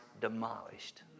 demolished